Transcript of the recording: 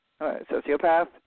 sociopath